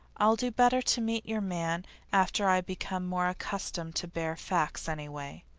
i'll do better to meet your man after i become more accustomed to bare facts, anyway.